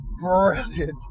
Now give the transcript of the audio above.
brilliant